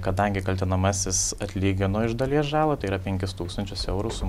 kadangi kaltinamasis atlygino iš dalies žalą tai yra penkis tūkstančius eurų